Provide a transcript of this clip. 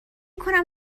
کنم